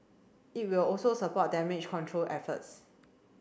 it will also support damage control efforts